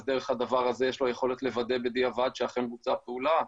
דרך הדבר הזה יש לו יכולת לוודא בדיעבד שאכן בוצעה פעולה,